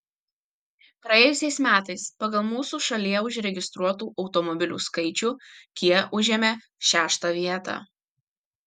praėjusiais metais pagal mūsų šalyje užregistruotų automobilių skaičių kia užėmė šeštą vietą